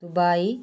Dubai